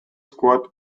squad